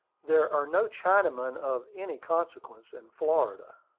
there are no chinamen of any consequence in florida.